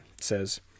says